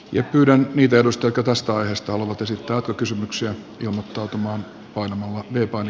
ja kyllä niitä nostokelpoista aineistoa luvut esittää kysymyksiä ja muotoutumaan iso summa